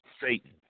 Satan